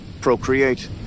procreate